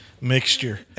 mixture